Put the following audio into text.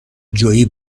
جویی